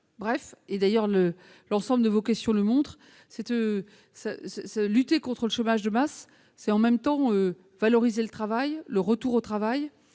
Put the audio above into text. Bref, et, d'ailleurs, l'ensemble de vos questions le montrent, lutter contre le chômage de masse, c'est en même temps valoriser le travail, le retour au travail